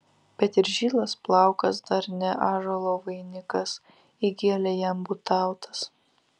bet ir žilas plaukas dar ne ąžuolo vainikas įgėlė jam būtautas